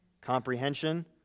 comprehension